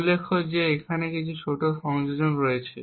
উল্লেখ্য যে এখানে একটি ছোট সংযোজন রয়েছে